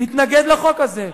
להתנגד לחוק הזה.